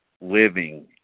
living